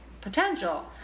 potential